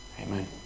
Amen